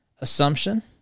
assumption